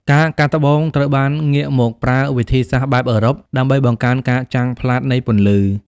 ការកាត់ត្បូង ត្រូវបានងាកមកប្រើវិធីសាស្ត្របែបអឺរ៉ុប ដើម្បីបង្កើនការចាំងផ្លាតនៃពន្លឺ។